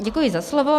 Děkuji za slovo.